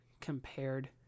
compared